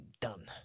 done